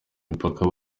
imipaka